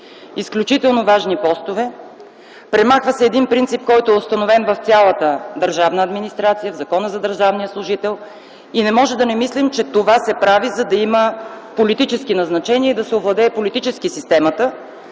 изключително важни постове. Премахва се един принцип, който е установен в цялата държавна администрация, в Закона за държавния служител и не можем да не мислим, че това се прави, за да има политически назначения и да се овладее политически системата,